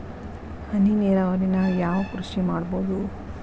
ಹನಿ ನೇರಾವರಿ ನಾಗ್ ಯಾವ್ ಕೃಷಿ ಮಾಡ್ಬೋದು?